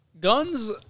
guns